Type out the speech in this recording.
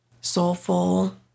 soulful